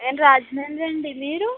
నేను రాజమండ్రి అండి మీరు